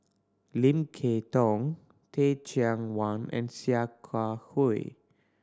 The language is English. Lim Kay Tong Teh Cheang Wan and Sia Kah Hui